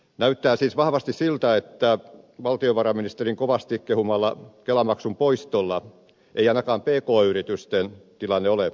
näyttää siis vahvasti siltä että valtiovarainministerin kovasti kehumalla kelamaksun poistolla ei ainakaan pk yritysten tilanne ole parantunut